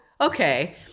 okay